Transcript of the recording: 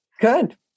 Good